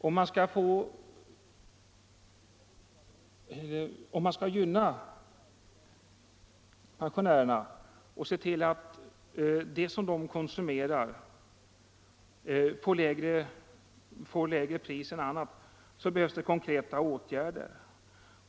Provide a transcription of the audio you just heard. Om man vill gynna pensionärerna och se till att det som de konsumerar får lägre priser än annat behövs det konkreta åtgärder.